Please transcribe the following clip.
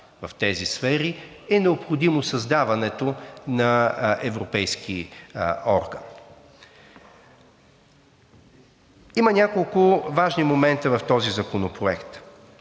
в тези сфери, и е необходимо създаването на европейски орган. Има няколко важни момента в този законопроект.